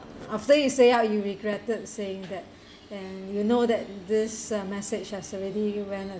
after you say out you regretted saying that and you know that this uh message has already went